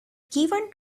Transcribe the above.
given